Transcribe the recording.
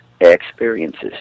experiences